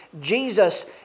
Jesus